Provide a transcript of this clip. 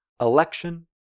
Election